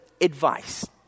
advice